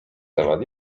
temat